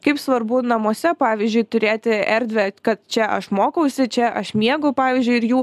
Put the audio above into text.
kaip svarbu namuose pavyzdžiui turėti erdvę kad čia aš mokausi čia aš miegu pavyzdžiui ir jų